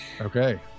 Okay